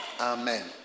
Amen